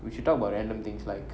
we should talk about random things like